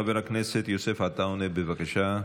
חבר הכנסת יוסף עטאונה, בבקשה,